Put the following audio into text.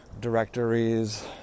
directories